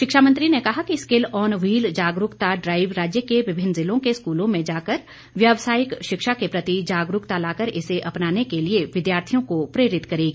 शिक्षा मंत्री ने कहा कि स्किल ऑन वहील जागरूकता ड्राईव राज्य के विभिन्न जिलों के स्कूलों में जाकर व्यावसायिक शिक्षा के प्रति जागरूकता लाकर इसे अपनाने के लिए विद्यार्थियों को प्रेरित करेगी